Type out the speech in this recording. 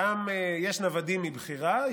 יש גם נוודים מבחירה,